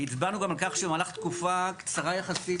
הצבענו גם על כך שבמהלך תקופה קצרה יחסית,